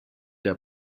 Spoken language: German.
der